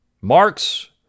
Marx